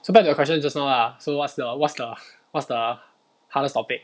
so back to the question just now lah so what's the what's the what's the hardest topic